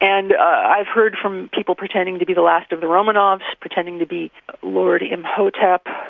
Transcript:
and i've heard from people pretending to be the last of the romanovs, pretending to be lord imhotep,